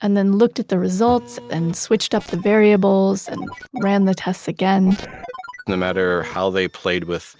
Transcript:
and then looked at the results, and switched up the variables, and ran the tests again no matter how they played with